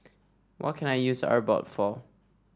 what can I use Abbott for